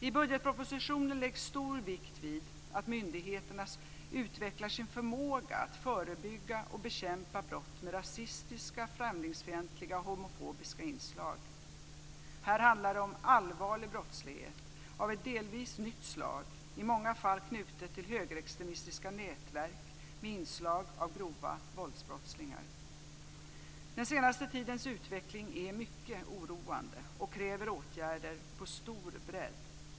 I budgetpropositionen läggs stor vikt vid att myndigheterna utvecklar sin förmåga att förebygga och bekämpa brott med rasistiska, främlingsfientliga och homofobiska inslag. Här handlar det om allvarlig brottslighet av ett delvis nytt slag, i många fall knutet till högerextremistiska nätverk med inslag av grova våldsbrottslingar. Den senaste tidens utveckling är mycket oroande och kräver åtgärder på stor bredd.